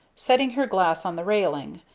setting her glass on the railing,